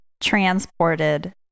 transported